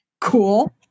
Cool